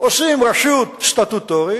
עושים רשות סטטוטורית